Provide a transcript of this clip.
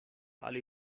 alle